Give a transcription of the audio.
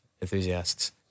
Enthusiasts